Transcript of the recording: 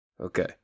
Okay